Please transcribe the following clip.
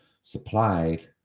supplied